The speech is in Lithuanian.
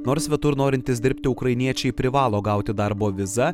nors svetur norintys dirbti ukrainiečiai privalo gauti darbo vizą